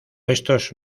estos